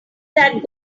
that